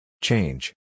Change